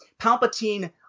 Palpatine